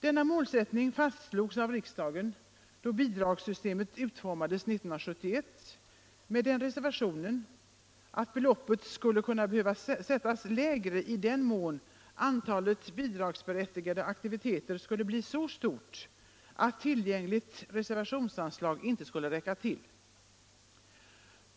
Denna målsättning fastslogs av riksdagen då bidragssystemet utformades år 1971 med den reservationen, att beloppet skulle kunna behöva sättas lägre i den mån antalet bidragsberättigade aktiviteter skulle bli så stort att tillräckligt reservationsanslag inte skulle räcka till.